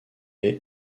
est